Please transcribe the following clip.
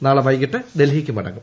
നാളെ വൈകിട്ട് ഡൽഹിക്ക് മടങ്ങും